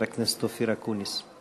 חבר הכנסת אופיר אקוניס.